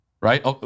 right